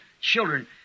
children